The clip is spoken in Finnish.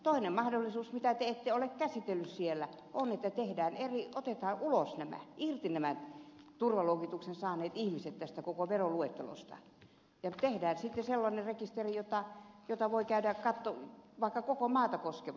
toinen mahdollisuus mitä te ette ole käsitellyt siellä on että otetaan ulos nämä irti nämä turvaluokituksen saaneet ihmiset tästä koko veroluettelosta ja tehdään sitten sellainen rekisteri ottaa jota voi käydä kato vaikka koko maata koskeva